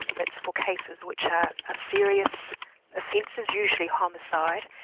but it's for cases which are ah serious offences, usually homicide,